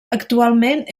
actualment